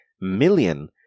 million